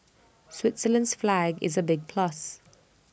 Switzerland's flag is A big plus